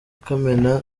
kamena